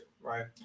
right